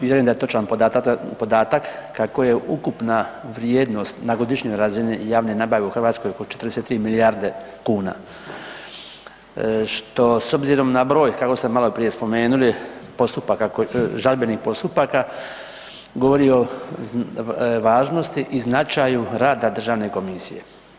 Vjerujem da je točan podatak kako je ukupna vrijednost na godišnjoj razini javne nabave u Hrvatskoj oko 43 milijarde kuna, što s obzirom na broj kako ste maloprije spomenuli žalbenih postupaka govori o važnosti i značaju rada državne komisije.